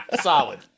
Solid